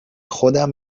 خودم